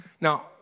Now